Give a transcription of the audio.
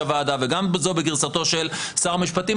גם זו שבגרסתו של יושב-ראש הוועדה וגם זו בגירסתו של שר המשפטים,